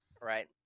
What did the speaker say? right